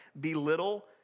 belittle